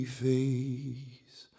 face